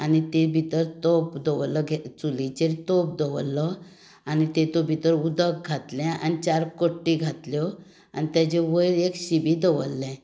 आनी ते भितर तोप दवरलो चुलीचेर तोप दवरलो आनी तातूंत भितर उदक घातलें आनी चार कट्टी घातल्यो आनी ताचे वयर एक शिडी दवरलें